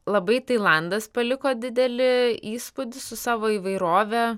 labai tailandas paliko didelį įspūdį su savo įvairove